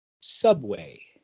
Subway